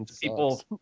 people